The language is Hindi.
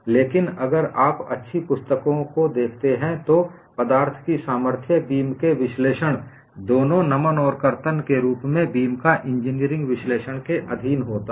लेकिन अगर आप अच्छी पुस्तकों को देखते हैं तो पदार्थ की सामर्थ्य बीम के विश्लेषण दोनों नमन और कर्तन के रूप में बीम का इंजीनियरिंग विश्लेषण के अधीन होता है